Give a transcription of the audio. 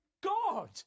god